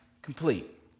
complete